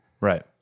Right